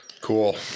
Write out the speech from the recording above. Cool